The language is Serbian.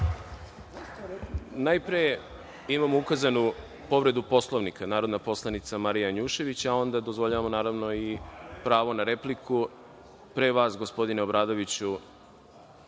imamo ukazanu povredu Poslovnika, narodna poslanica Marija Janjušević, a onda dozvoljavamo, naravno, i pravo na repliku. Pre vas gospodine Obradoviću